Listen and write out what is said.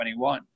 2021